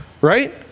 Right